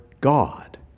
God